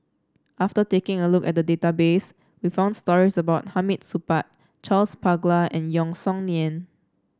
after taking a look at the database we found stories about Hamid Supaat Charles Paglar and Yeo Song Nian